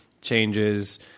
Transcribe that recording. changes